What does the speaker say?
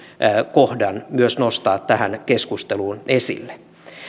kohdan myös nostaa tähän keskusteluun esille